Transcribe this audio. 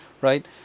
right